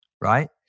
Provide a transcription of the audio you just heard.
right